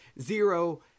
zero